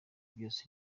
byose